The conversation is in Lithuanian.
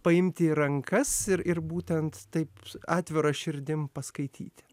paimti į rankas ir būtent taip atvira širdim paskaityti